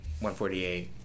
148